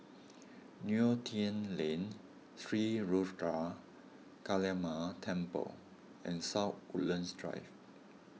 Neo Tiew Lane Sri Ruthra Kaliamman Temple and South Woodlands Drive